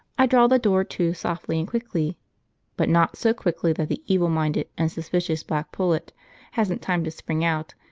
i draw the door to softly and quickly but not so quickly that the evil-minded and suspicious black pullet hasn't time to spring out,